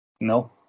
No